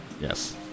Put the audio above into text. Yes